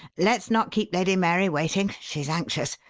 let's not keep lady mary waiting she's anxious.